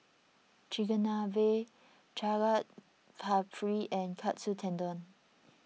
Chigenabe Chaat Papri and Katsu Tendon